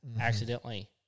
accidentally